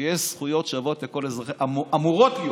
שיש זכויות שוות לכל אזרח, אמורות להיות